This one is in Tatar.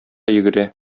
йөгерә